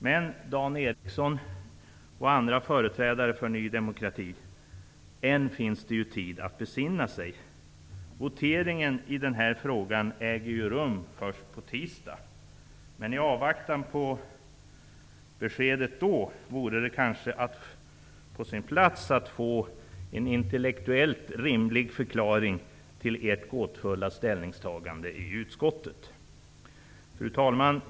Men jag vill säga till Dan Eriksson i Stockholm och andra företrädare för Ny demokrati: Än finns det tid att besinna sig. Voteringen i denna fråga äger ju rum först på tisdag. I avvaktan på beskedet då vore det kanske på sin plats att man gav en intellektuellt rimlig förklaring till sitt gåtfulla ställningstagande i utskottet. Fru talman!